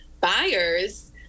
buyers